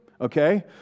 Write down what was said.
Okay